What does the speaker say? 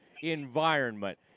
environment